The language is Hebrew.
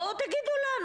בואו תגידו לנו.